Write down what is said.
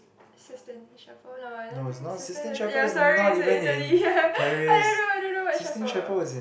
Sistine-Chapel no I don't think Sistine ya sorry is in Italy ya I don't know I don't know what chapel